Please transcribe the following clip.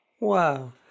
Wow